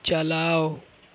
چلاؤ